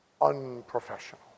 unprofessional